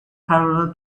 parallel